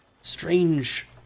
strange